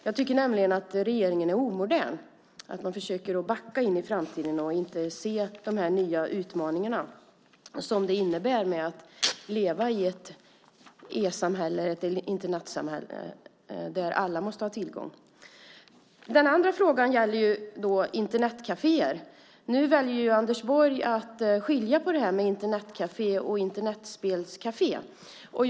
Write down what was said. Jag tycker att regeringen är omodern och försöker backa in i framtiden och inte se de nya utmaningarna som det innebär att leva i ett e-samhälle och ett Internetsamhälle där alla måste ha tillgång till dator. Den andra frågan gällde Internetkaféer. Nu väljer Anders Borg att skilja mellan Internetkaféer och Internetspelkaféer.